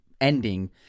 ending